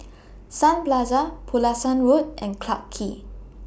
Sun Plaza Pulasan Road and Clarke Quay